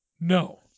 No